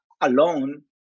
alone